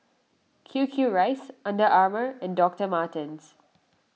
Q Q Rice Under Armour and Doctor Martens